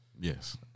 yes